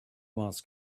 was